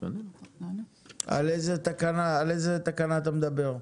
על איזה תקנה אתה מדבר?